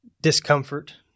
discomfort